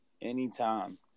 anytime